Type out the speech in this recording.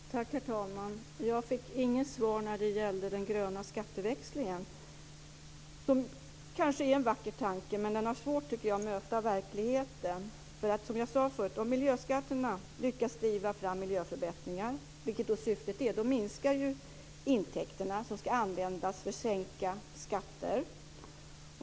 Herr talman! Jag fick inget svar på frågan om den gröna skatteväxlingen, som kanske är en vacker tanke men som jag tycker har svårt att möta verkligheten. Som jag sagt förut: Om miljöskatterna lyckas driva fram miljöförbättringar, vilket är syftet, minskar de intäkter som ska användas för att sänka skatter.